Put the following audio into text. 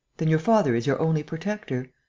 then your father is your only protector?